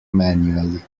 manually